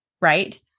right